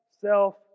self